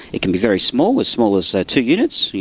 it can be very small, as small as two units,